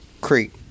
creek